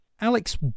Alex